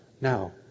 Now